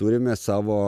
turime savo